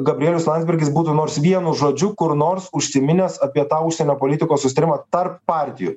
gabrielius landsbergis būtų nors vienu žodžiu kur nors užsiminęs apie tą užsienio politikos susitarimą tarp partijų